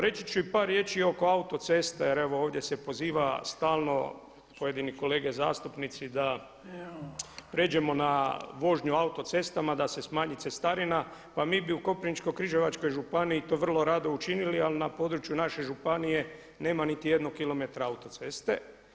Reći ću i par riječi oko autoceste jer evo ovdje se poziva stalno pojedini kolege zastupnici da pređemo na vožnju autocestama, da se smanji cestarina, pa mi bi u Koprivničko-križevačkoj županiji to vrlo rado učinili ali na području naše županije nema niti jednog kilometra autoceste.